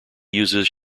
uses